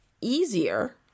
easier